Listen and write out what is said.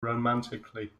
romantically